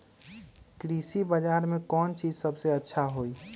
कृषि बजार में कौन चीज सबसे अच्छा होई?